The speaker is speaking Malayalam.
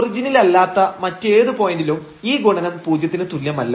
ഒറിജിനിലല്ലാത്ത മറ്റേത് പോയന്റിലും ഈ ഗുണനം പൂജ്യത്തിനു തുല്യമല്ല